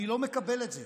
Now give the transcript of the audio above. אני לא מקבל את זה.